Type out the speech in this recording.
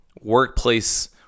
workplace